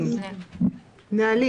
נהלים